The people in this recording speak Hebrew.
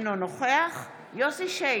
אינו נוכח יוסף שיין,